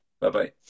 Bye-bye